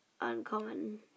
uncommon